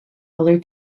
other